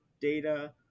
data